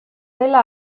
dela